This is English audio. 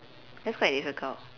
that's quite difficult